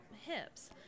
hips